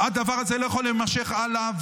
הדבר הזה לא יכול להימשך הלאה,